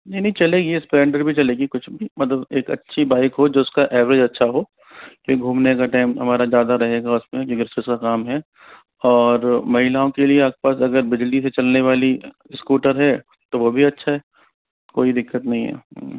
नहीं नहीं चलेगी स्प्लेंडर भी चलेगी कुछ मतलब एक अच्छी बाइक हो जिसका एवरेज अच्छा हो फिर घूमने का टाइम हमारा ज़्यादा रहेगा उसमें क्यूँकि काम है और महिलाओं के लिए आपके पास अगर बिजली से चलने वाली स्कूटर है तो वो भी अच्छा है कोई दिक्कत नहीं है